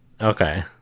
okay